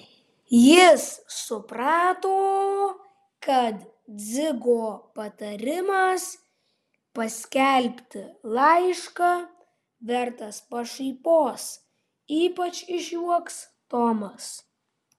jis suprato kad dzigo patarimas paskelbti laišką vertas pašaipos ypač išjuoks tomas